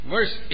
Verse